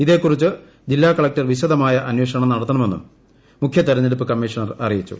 ഇതേക്കുറിച്ച് ജില്ലാ കളക്ടർ വിശദമായ അന്വേഷണം നടത്തുമെന്നും മുഖ്യതെരഞ്ഞെടുപ്പ് കമ്മീഷണർ അറിയിച്ചു